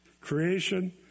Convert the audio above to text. creation